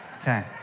Okay